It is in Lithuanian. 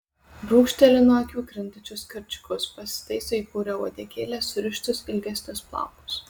brūkšteli nuo akių krintančius karčiukus pasitaiso į purią uodegėlę surištus ilgesnius plaukus